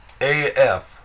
af